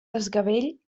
desgavell